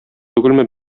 түгелме